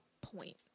point